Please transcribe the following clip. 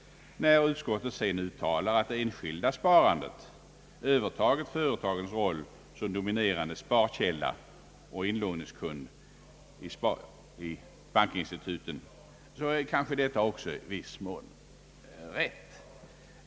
När utskottet sedan uttalar att det enskilda sparandet övertagit företagens roll som dominerande sparkälla och inlåningskund vid bankinstituten, så är detta kanske också i viss mån riktigt.